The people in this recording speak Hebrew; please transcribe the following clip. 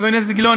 חבר הכנסת גילאון,